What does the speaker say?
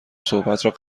صحبتم